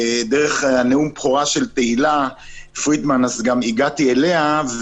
דרך נאום הבכורה של תהילה פרידמן הגעתי אליה.